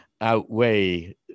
outweigh